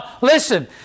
Listen